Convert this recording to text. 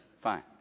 Fine